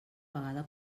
vegada